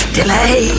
delay